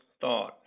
thought